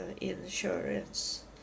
insurance